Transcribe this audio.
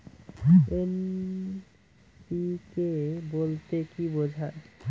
NPK বলতে কী বোঝায়?